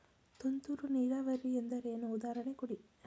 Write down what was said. ತುಂತುರು ನೀರಾವರಿ ಎಂದರೇನು, ಉದಾಹರಣೆ ಕೊಡಿ?